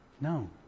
No